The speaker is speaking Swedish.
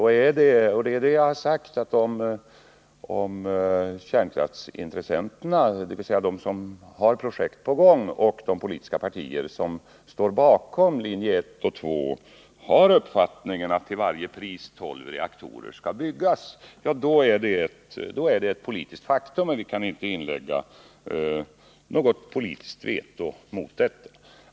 Jag har ju sagt att om kärnkraftsintressenterna, dvs. de som har projekt i gång, och de politiska partier som står bakom linjerna 1 och 2 menar att tolv reaktorer till varje pris skall byggas är detta ett politiskt faktum mot vilket vi inte kan inlägga något politiskt veto.